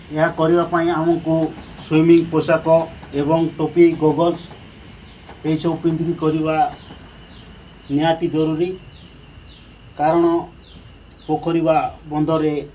ଏହା କରିବା ପାଇଁ ଆମକୁ ସୁଇମିଂ ପୋଷାକ ଏବଂ ଟୋପି ଗଗଲ୍ସ ଏହିସବୁ ପିନ୍ଧିକି କରିବା ନିହାତି ଜରୁରୀ କାରଣ ପୋଖରୀ ବା ବନ୍ଦରେ